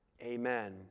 Amen